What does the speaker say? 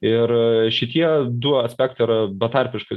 ir šitie du aspektai yra betarpiškai